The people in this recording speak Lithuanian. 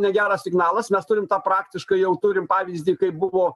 negeras signalas mes turim tą praktiškai jau turim pavyzdį kai buvo